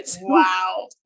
wow